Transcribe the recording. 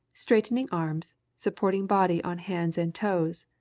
straightening arms, supporting body on hands and toes.